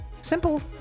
simple